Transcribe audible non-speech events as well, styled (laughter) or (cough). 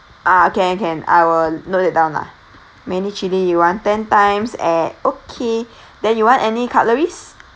ah can can I will note that down lah many chilli you want ten times eh okay (breath) then you want any cutleries